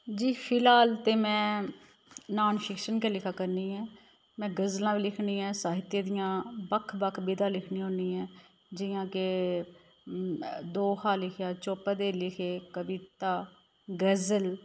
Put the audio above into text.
जी फिलहाल ते में नान फिक्शन गै लिखै करनी ऐं मै गज़लां बी लिखनी आं साहित्य दियां बक्ख बक्ख विधा लिखनी होन्नी आं जियां के दोहा लिखेआ चोपदे लिखे कविता गज़ल